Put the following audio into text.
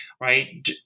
right